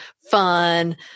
fun